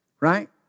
right